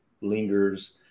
lingers